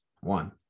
One